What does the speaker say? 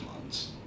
months